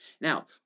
Now